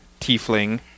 tiefling